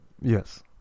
Yes